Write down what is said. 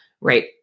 right